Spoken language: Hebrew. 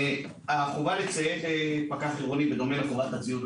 החובה לציית לפקח עירוני בדומה לחובת הציות-